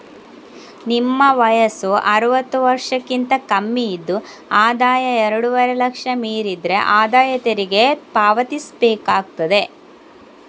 ನಿಮ್ಮ ವಯಸ್ಸು ಅರುವತ್ತು ವರ್ಷಕ್ಕಿಂತ ಕಮ್ಮಿ ಇದ್ದು ಆದಾಯ ಎರಡೂವರೆ ಲಕ್ಷ ಮೀರಿದ್ರೆ ಆದಾಯ ತೆರಿಗೆ ಪಾವತಿಸ್ಬೇಕಾಗ್ತದೆ